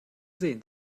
sehen